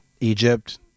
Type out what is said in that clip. Egypt